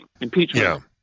Impeachment